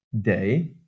day